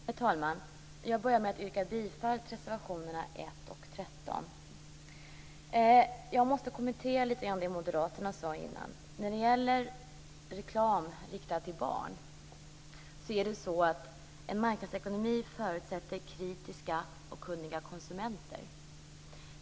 Herr talman! Jag vill börja med att yrka bifall till reservationerna nr 1 och 13. Jag vill kommentera litet grand det som har anförts från moderaterna. När det gäller reklam riktad till barn förutsätter en marknadsekonomi kritiska och kunniga konsumenter.